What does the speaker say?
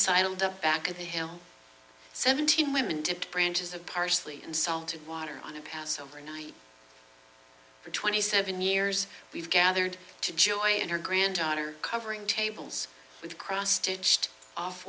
of the back of the hill seventeen women tipped branches of parsley and salted water on a passover night for twenty seven years we've gathered to joy and her granddaughter covering tables with cross stitch